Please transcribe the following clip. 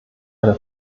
eine